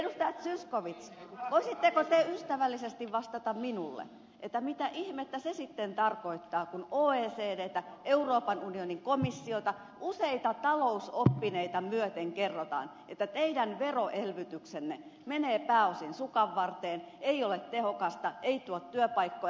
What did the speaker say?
zyskowicz voisitteko te ystävällisesti vastata minulle mitä ihmettä se sitten tarkoittaa kun oecdtä euroopan unionin komissiota useita talousoppineita myöten kerrotaan että teidän veroelvytyksenne menee pääosin sukanvarteen ei ole tehokasta ei tuo työpaikkoja